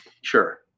Sure